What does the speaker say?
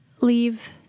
leave